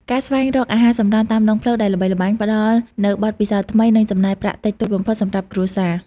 ការស្វែងរកអាហារសម្រន់តាមដងផ្លូវ ដែលល្បីល្បាញ ផ្តល់នូវបទពិសោធន៍ថ្មី និងចំណាយប្រាក់តិចតួចបំផុតសម្រាប់គ្រួសារ។